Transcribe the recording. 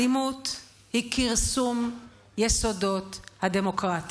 אלימות היא כרסום יסודות הדמוקרטיה.